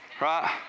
right